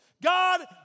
God